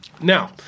Now